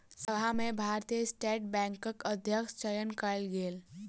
सभा में भारतीय स्टेट बैंकक अध्यक्षक चयन कयल गेल